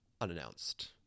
unannounced